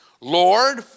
Lord